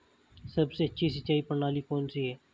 सबसे अच्छी सिंचाई प्रणाली कौन सी है?